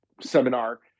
seminar